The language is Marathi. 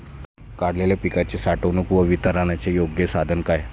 काढलेल्या पिकाच्या साठवणूक व वितरणाचे योग्य साधन काय?